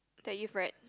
that you've read